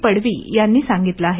पडवी यांनी सांगितलं आहे